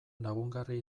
lagungarri